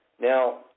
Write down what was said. Now